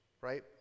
right